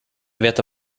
veta